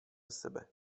sebe